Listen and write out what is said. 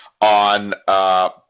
on –